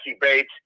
Bates